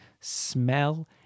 smell